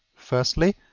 firstly,